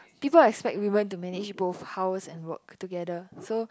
people expect women to manage both house and work together so